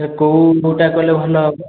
sir କୋଉ କୋଉଟା କଲେ ଭଲ ହେବ